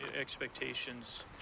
expectations –